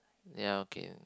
ya okay